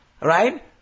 Right